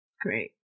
Great